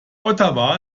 ottawa